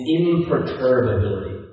imperturbability